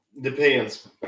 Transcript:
Depends